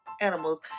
animals